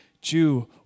Jew